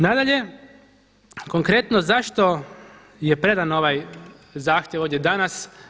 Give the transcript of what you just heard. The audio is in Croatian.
Nadalje, konkretno zašto je predan ovaj zahtjev ovdje danas?